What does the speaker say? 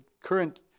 current